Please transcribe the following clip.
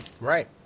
Right